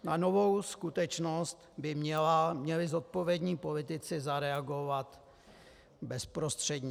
Na novou skutečnost by měli zodpovědní politici zareagovat bezprostředně.